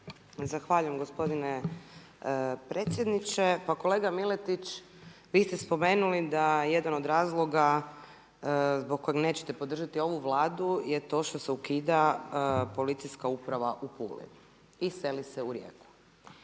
Zahvaljujem gospodine predsjedniče. Pa kolega Miletić, vi ste spomenuli da jedan od razloga zbog kojeg nećete podržati ovu Vladu je to što se ukida policijska uprava u Puli i seli se u Rijeku.